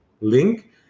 link